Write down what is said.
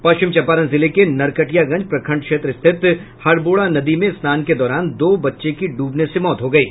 पश्चिम चम्पारण जिले के नरकटियागंज प्रखण्ड क्षेत्र स्थित हडबोडा नदी में स्नान के दौरान दो बच्चे की डूबने से मौत हो गयी